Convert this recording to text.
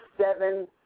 seven